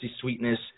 sweetness